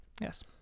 Yes